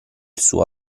suo